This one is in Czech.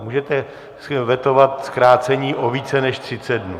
Můžete vetovat zkrácení o více než 30 dnů.